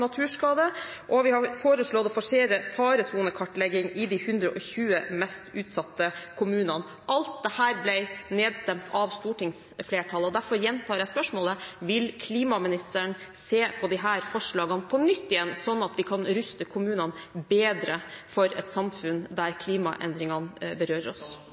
naturskader, og vi har foreslått å forsere faresonekartlegging i de 120 mest utsatte kommunene. Alt dette ble nedstemt av stortingsflertallet, og derfor gjentar jeg spørsmålet: Vil klimaministeren se på disse forslagene på nytt, sånn at vi kan ruste kommunene bedre for et samfunn der klimaendringene berører oss?